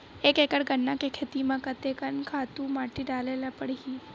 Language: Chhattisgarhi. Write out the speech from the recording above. एक एकड़ गन्ना के खेती म कते कन खातु माटी डाले ल पड़ही?